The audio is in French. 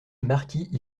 marquis